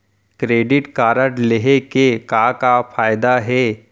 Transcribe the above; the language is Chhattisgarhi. क्रेडिट कारड लेहे के का का फायदा हे?